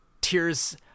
Tears